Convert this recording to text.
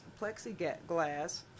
plexiglass